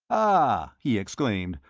ah! he exclaimed,